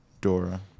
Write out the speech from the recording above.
Dora